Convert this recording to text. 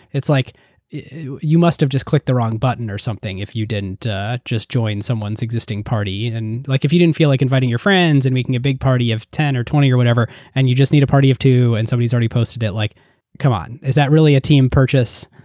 like you you must've just clicked the wrong button or something if you didn't just join someone's existing party. and like if you didn't feel like inviting your friends and making a big party of ten, twenty, or whatever and you just need a party of two and somebody's already posted it, like come on. is that really a team purchase?